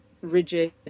rigid